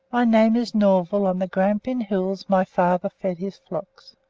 my name is norval on the grampian hills my father fed his flocks.